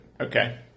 Okay